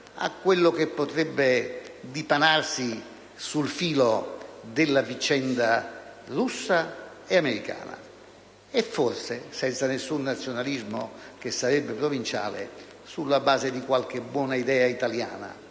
a quello che potrebbe dipanarsi sul filo della vicenda russa e americana e forse, senza nessun nazionalismo, che sarebbe provinciale, sulla base di qualche buona idea italiana,